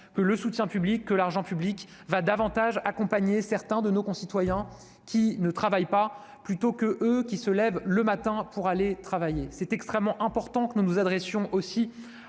le sentiment que l'argent public sert davantage à accompagner certains de nos concitoyens qui ne travaillent pas plutôt qu'à les soutenir eux, eux qui se lèvent le matin pour aller travailler. Il est extrêmement important que nous nous adressions aussi